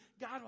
God